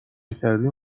کردیم